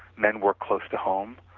men were close to home,